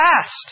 past